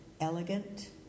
elegant